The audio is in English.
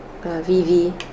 Vivi